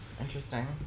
Interesting